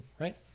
right